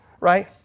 right